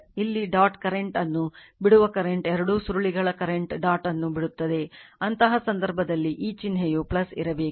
ಇಲ್ಲಿ dot current ಅನ್ನು ಬಿಡುವ ಕರೆಂಟ್ ಎರಡೂ ಸುರುಳಿಗಳ ಕರೆಂಟ್ ಡಾಟ್ ಅನ್ನು ಬಿಡುತ್ತದೆ ಅಂತಹ ಸಂದರ್ಭದಲ್ಲಿ ಈ ಚಿಹ್ನೆ ಇರಬೇಕು